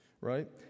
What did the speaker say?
right